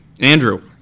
Andrew